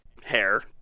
hair